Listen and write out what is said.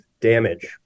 damage